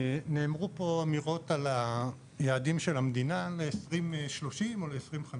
נאמרו פה אמירות על יעדים של המדינה ל- 2030 או ל- 2050,